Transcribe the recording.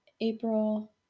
April